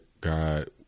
God